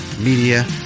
media